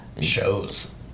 shows